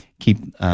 keep